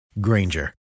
Granger